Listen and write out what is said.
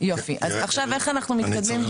יופי, אז עכשיו איך אנחנו מתקדמים?